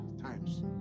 times